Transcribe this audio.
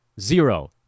zero